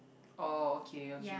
oh okay okay